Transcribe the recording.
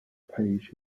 page